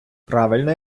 правильно